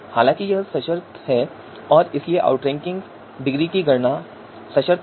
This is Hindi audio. हालांकि यह सशर्त है और इसलिए आउटरैंकिंग डिग्री की गणना सशर्त है